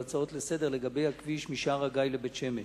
הצעות לסדר-היום לגבי הכביש משער-הגיא לבית-שמש.